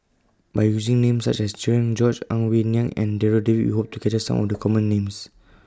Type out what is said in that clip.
By using Names such as Cherian George Ang Wei Neng and Darryl David We Hope to capture Some of The Common Names